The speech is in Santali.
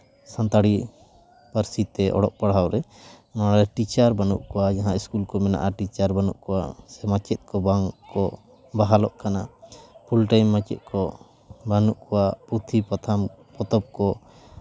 ᱥᱟᱱᱛᱟᱲᱤ ᱯᱟᱹᱨᱥᱤ ᱛᱮ ᱚᱞᱚᱜ ᱯᱟᱲᱦᱟᱣ ᱨᱮ ᱱᱚᱣᱟᱨᱮ ᱴᱤᱪᱟᱨ ᱵᱟᱹᱱᱩᱜ ᱠᱚᱣᱟ ᱡᱟᱦᱟᱸ ᱤᱥᱠᱩᱞ ᱠᱚ ᱢᱮᱱᱟᱜᱼᱟ ᱴᱤᱪᱟᱨ ᱵᱟᱹᱱᱩᱜ ᱠᱚᱣᱟ ᱥᱮ ᱢᱟᱪᱮᱫ ᱠᱚ ᱵᱟᱝ ᱠᱚ ᱵᱟᱦᱟᱞᱚᱜ ᱠᱟᱱᱟ ᱯᱷᱩᱞᱴᱟᱭᱤᱢ ᱢᱟᱪᱮᱫ ᱠᱚ ᱵᱟᱹᱱᱩᱜ ᱠᱚᱣᱟ ᱯᱩᱛᱷᱤ ᱯᱟᱛᱷᱟᱢ ᱯᱚᱛᱚᱵ ᱠᱚ